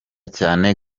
cyane